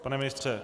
Pane ministře?